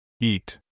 Eat